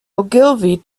ogilvy